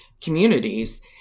communities